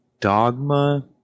Dogma